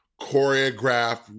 choreographed